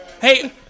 Hey